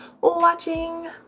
watching